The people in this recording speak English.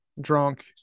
drunk